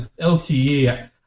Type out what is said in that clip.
LTE